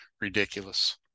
ridiculous